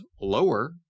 lower